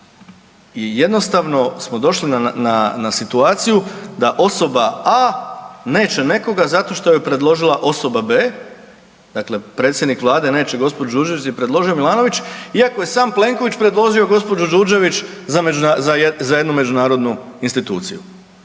je jednostavno smo došli na situaciju da osoba A neće nekoga zato što ju je predložila osoba B. Dakle, predsjednik Vlade neće gospođu Đurđević jer ju je predložio Milanović, iako je sam Plenković predložio gospođu Đurđević za jednu međunarodnu instituciju.